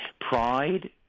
Pride